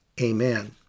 amen